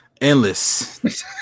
Endless